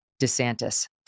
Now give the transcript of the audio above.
DeSantis